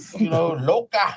loca